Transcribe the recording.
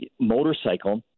motorcycle